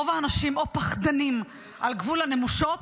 רוב האנשים או פחדנים על גבול הנמושות,